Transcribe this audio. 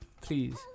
please